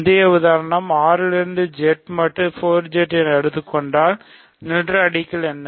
முந்தைய உதாரணம் R இருந்து Z மட்டு 4Z என எடுத்துக்கொண்டால் நில்ராடிகல் என்ன